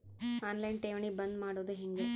On line ಠೇವಣಿ ಬಂದ್ ಮಾಡೋದು ಹೆಂಗೆ?